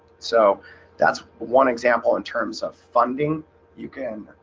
so that's one example in terms of funding you can